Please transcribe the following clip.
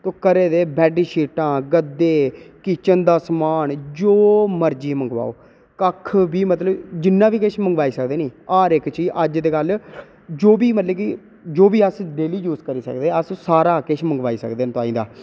घरें दे बैडशीटां गद्दे किचन दा समान जो मर्जी मंगवाओ कक्ख बी मतलब जिन्ना बी किश मंगवाई सकदे अज्ज कल जो बी मतलब जो बी अस यूज करी सकदे अस सारा किश मंगवाई सकदे